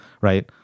right